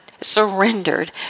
surrendered